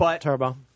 Turbo